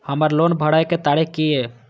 हमर लोन भरय के तारीख की ये?